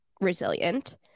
resilient